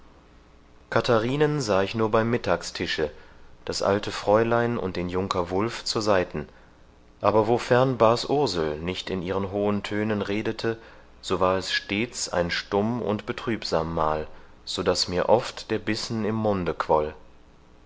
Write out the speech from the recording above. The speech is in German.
katharinen sah ich nur beim mittagstische das alte fräulein und den junker wulf zur seiten aber wofern bas ursel nicht in ihren hohen tönen redete so war es stets ein stumm und betrübsam mahl so daß mir oft der bissen im munde quoll